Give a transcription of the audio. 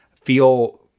feel